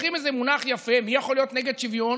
לוקחים איזה מונח יפה, מי יכול להיות נגד שוויון?